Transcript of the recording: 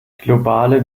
globale